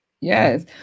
yes